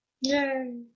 Yay